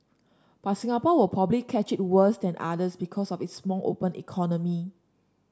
but Singapore will probably catch it worse than others because of its small open economy